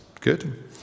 good